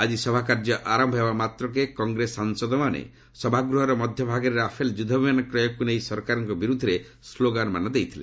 ଆଜି ସଭାକାର୍ଯ୍ୟ ଆରମ୍ଭ ହେବା ମାତ୍ରକେ କଂଗ୍ରେସ ସାଂସଦମାନେ ସଭାଗୃହର ମଧ୍ୟଭାଗରେ ରାଫେଲ ଯୁଦ୍ଧବିମାନ କ୍ରୟକୁ ନେଇ ସରକାରଙ୍କ ବିରୁଦ୍ଧରେ ସ୍କୋଗାନମାନ ଦେଇଥିଲେ